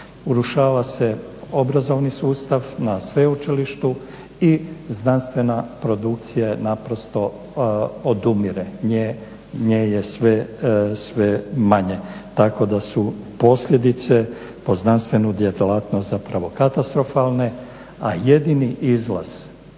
urušava se obrazovni sustav, na sveučilištu i znanstvena produkcija naprosto odumire, nje je sve manje, tako da su posljedice po znanstvenu djelatnost zapravo katastrofalne a jedini izlaz